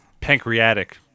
pancreatic